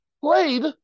played